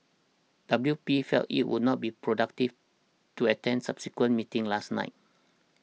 W P felt it would not be productive to attend subsequent meeting last night